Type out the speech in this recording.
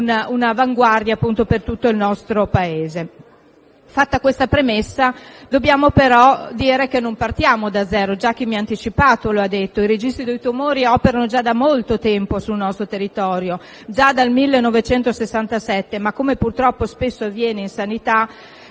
un'avanguardia per tutto il nostro Paese. Fatta questa premessa, dobbiamo però dire che, come ha già detto chi mi ha anticipato, non partiamo da zero. I registri tumori operano già da molto tempo sul nostro territorio, già dal 1967, tuttavia, come purtroppo spesso avviene in sanità